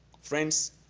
friends